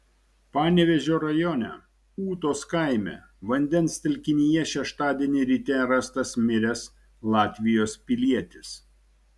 panevėžio rajone ūtos kaime vandens telkinyje šeštadienį ryte rastas miręs latvijos pilietis